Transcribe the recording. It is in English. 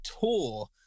tour